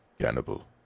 Cannibal